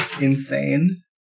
Insane